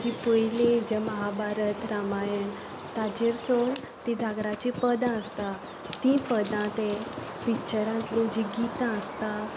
जीं पयलीं जें महाभारत रामायण ताचेरसून तीं जागराची पदां आसता तीं पदां ते पिच्चरांतलीं जीं गितां आसता